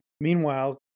Meanwhile